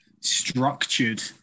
structured